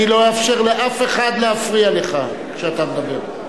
אני לא אאפשר לאף אחד להפריע לך כשאתה מדבר.